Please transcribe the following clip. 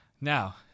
now